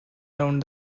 around